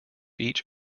each